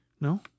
No